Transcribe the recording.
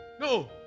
No